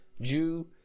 Jew